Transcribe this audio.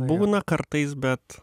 būna kartais bet